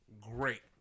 Great